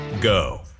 go